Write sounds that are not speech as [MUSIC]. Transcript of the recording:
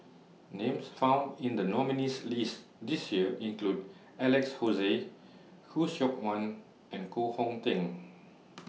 Names found in The nominees' list This Year include Alex Josey Khoo Seok Wan and Koh Hong Teng [NOISE]